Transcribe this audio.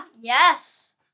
Yes